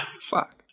Fuck